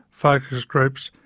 focus groups,